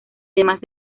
demás